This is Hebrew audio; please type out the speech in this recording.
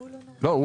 לא.